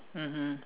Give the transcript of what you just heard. mmhmm